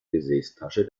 gesäßtasche